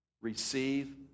Receive